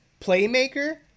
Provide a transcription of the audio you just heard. playmaker